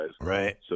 Right